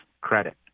credit